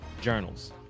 journals